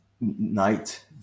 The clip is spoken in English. night